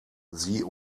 sie